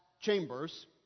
chambers